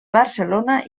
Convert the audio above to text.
barcelona